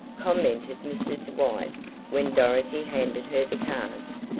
commented mrs. white when dorothy handed her the cards.